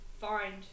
find